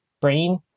brain